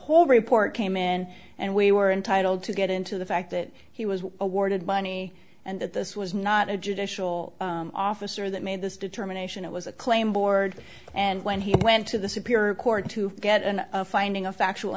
whole report came in and we were entitled to get into the fact that he was awarded money and that this was not a judicial officer that made this determination it was a claim board and when he went to the superior court to get an a finding a factual